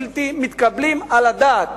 בלתי מתקבלים על הדעת.